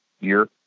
year